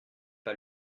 pas